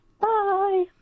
Bye